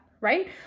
Right